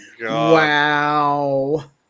Wow